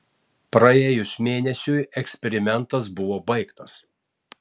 praėjus mėnesiui eksperimentas buvo baigtas